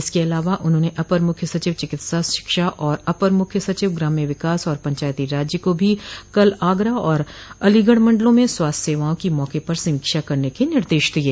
इसके अलावा उन्होंने अपर मुख्य सचिव चिकित्सा शिक्षा और अपर मुख्य सचिव ग्राम्य विकास और पंचायती राज को भी कल आगरा और अलीगढ़ मंडलों में स्वास्थ्य सेवाओं की मौके पर समीक्षा करने के निर्देश दिये